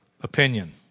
opinion